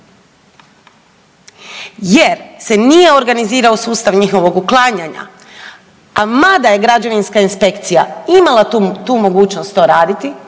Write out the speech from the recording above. jer se nije organizirao sustav njihovog uklanjanja, a mada je građevinska inspekcija imala tu mogućnost to raditi